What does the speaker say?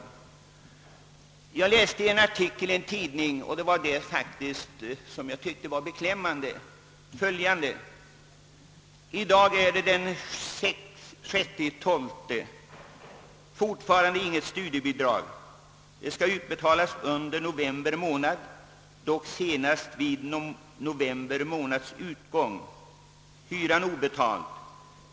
Jag läste i en artikel i en tidning följande, som jag fann beklämmande: »I dag är det den 6/12, fortfarande inget studiebidrag. Det skall utbetalas under nov. månad. Dock senast vid nov. månads utgång. ——— Och hyran obetald...